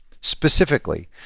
Specifically